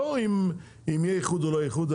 לא אם יהיה איחוד או איחוד,